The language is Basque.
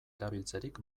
erabiltzerik